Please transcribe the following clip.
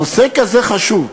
נושא כזה חשוב.